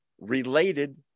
related